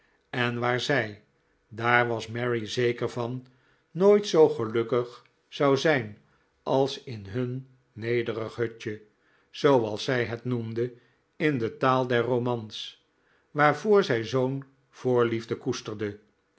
en waar zij daar was mary zeker van nooit zoo gelukkig zou zijn als in hun nederig hutje zooals zij het noemde in de taal der romans waarvoor zij zoo'n voorliefde koesterde